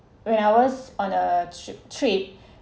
when I was on a ship trade